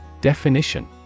Definition